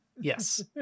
Yes